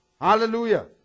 Hallelujah